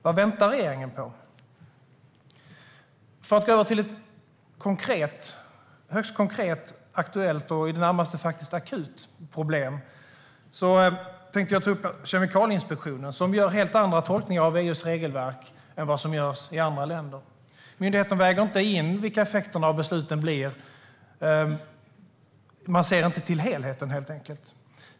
Vad väntar regeringen på? För att gå till ett högst konkret, aktuellt och i det närmaste faktiskt akut problem tänkte jag ta upp Kemikalieinspektionen, som gör helt andra tolkningar av EU:s regelverk än vad som görs i andra länder. Myndigheten väger inte in vilka effekter det blir av besluten. Man ser helt enkelt inte till helheten.